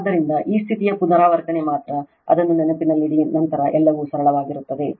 ಆದ್ದರಿಂದ ಈ ಸ್ಥಿತಿಯ ಪುನರಾವರ್ತನೆ ಮಾತ್ರ ಅದನ್ನು ನೆನಪಿನಲ್ಲಿಡಿ ನಂತರ ಎಲ್ಲವೂ ಸರಳವಾಗಿರುತ್ತದೆ